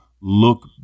look